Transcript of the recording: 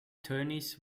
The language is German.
tönnies